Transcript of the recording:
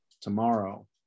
tomorrow